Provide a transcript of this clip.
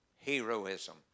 heroism